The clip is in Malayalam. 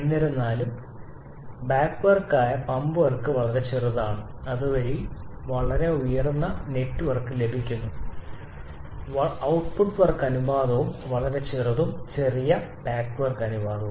എന്നിരുന്നാലും ബാക്ക് വർക്ക് ആയ പമ്പ് വർക്ക് വളരെ ചെറുതാണ് അതുവഴി വളരെ ഉയർന്ന നെറ്റ് വർക്ക് നൽകുന്നു ഔട്ട്പുട്ടും വർക്ക് അനുപാതവും വളരെ ചെറുതും ചെറിയ ബാക്ക് വർക്ക് അനുപാതവും